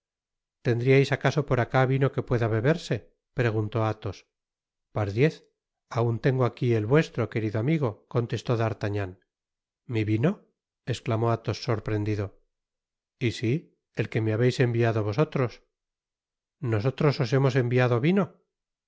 tendríais acaso por acá vino que pueda beberse preguntó athos pardiez aun tengo aquí el vuestro querido amigo contestó d'artagnan mi vino esclamó alhos sorprendido y sí el que me habeis enviado vosotros nosotros os hemos enviado vino que